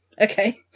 Okay